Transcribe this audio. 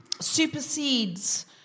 supersedes